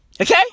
Okay